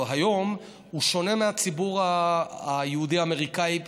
היום שונה מהציבור היהודי האמריקאי.